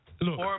Look